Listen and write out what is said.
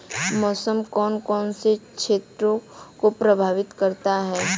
मौसम कौन कौन से क्षेत्रों को प्रभावित करता है?